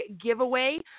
giveaway